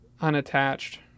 unattached